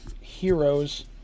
heroes